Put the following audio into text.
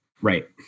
right